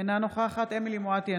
אינה נוכחת אמילי חיה מואטי,